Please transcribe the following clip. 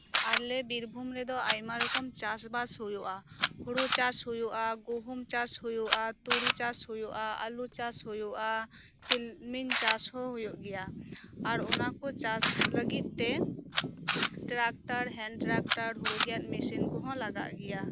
ᱟᱞᱮ ᱵᱤᱨᱵᱷᱩᱢ ᱨᱮᱫᱚ ᱟᱭᱢᱟ ᱨᱚᱠᱚᱢ ᱪᱟᱥᱵᱟᱥ ᱦᱳᱭᱳᱜᱼᱟ ᱦᱳᱲᱩ ᱪᱟᱥ ᱦᱳᱭᱳᱜᱼᱟ ᱜᱩᱦᱩᱢ ᱪᱟᱥ ᱦᱳᱭᱳᱜᱼᱟ ᱛᱩᱲᱤ ᱪᱟᱥ ᱦᱳᱭᱳᱜᱼᱟ ᱟᱹᱞᱩ ᱪᱟᱥ ᱦᱳᱭᱳᱜᱼᱟ ᱛᱤᱞᱢᱤᱧ ᱪᱟᱥᱦᱚᱸ ᱦᱳᱭᱳᱜ ᱜᱮᱭᱟ ᱟᱨ ᱚᱱᱟᱠᱩ ᱪᱟᱥ ᱞᱟᱹᱜᱤᱫᱛᱮ ᱴᱨᱟᱠᱴᱟᱨ ᱦᱮᱱᱴᱨᱟᱠᱴᱟᱨ ᱦᱳᱲᱳᱜᱮᱫ ᱢᱮᱥᱤᱱ ᱠᱚᱦᱚᱸ ᱞᱟᱜᱟᱣ ᱜᱮᱭᱟ